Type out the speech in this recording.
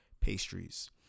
pastries